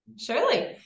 Surely